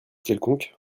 quelconque